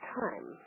time